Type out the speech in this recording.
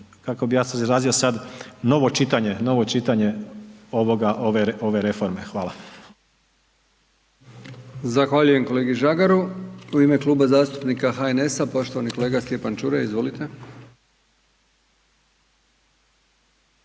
kako bi ja se izrazio sad, novo čitanje ove reforme. Hvala.